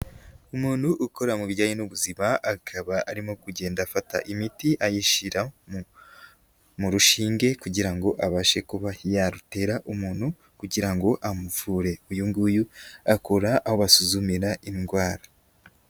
Umuntu ukora mu bijyanye n'ubuzima akaba arimo kugenda afata imiti ayishyira mu rushinge kugira ngo abashe kuba yarutera umuntu kugira ngo amuvure. Uyu nguyu akora aho basuzumira indwara.